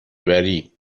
بری